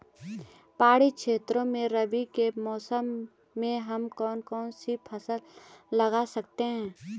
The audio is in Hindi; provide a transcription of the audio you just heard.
पहाड़ी क्षेत्रों में रबी के मौसम में हम कौन कौन सी फसल लगा सकते हैं?